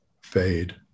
fade